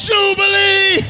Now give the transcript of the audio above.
Jubilee